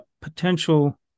potential